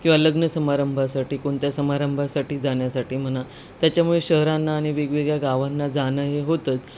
किंवा लग्न समारंभासाठी कोणत्या समारंभासाठी जाण्यासाठी म्हणा त्याच्यामुळे शहरांना आणि वेगवेगळ्या गावांना जाणं हे होतंच